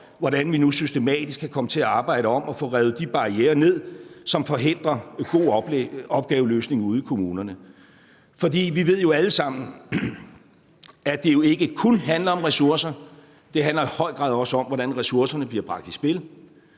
hvordan vi nu systematisk kan komme til at arbejde om at få revet de barrierer ned, som forhindrer en god opgaveløsning ude i kommunerne. For vi ved jo alle sammen, at det ikke kun handler om ressourcer, det handler i høj grad også om, hvordan ressourcerne bliver bragt i spil.